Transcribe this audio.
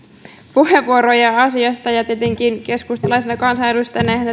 puheenvuoroja asiasta ja tietenkin keskustalaisena kansanedustajana eihän